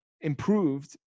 improved